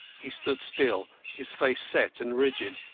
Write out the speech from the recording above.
he stood still, his face set and rigid,